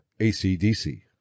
ACDC